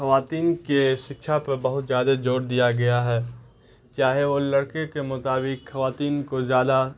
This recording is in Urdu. خواتین کے سکچھا پر بہت زیادہ زور دیا گیا ہے چاہے وہ لڑکے کے مطابق خواتین کو زیادہ